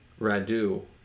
radu